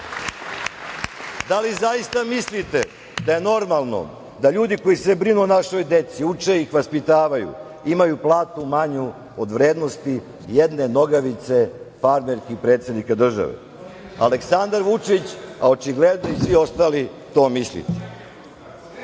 li zaista mislite da je normalno da ljudi koji se brinu o našoj deci uče ih, vaspitavaju, imaju platu manju od vrednosti jedne nogavice farmerki predsednika države? Aleksandar Vučić, a očigledno i svi ostali to mislite. Sada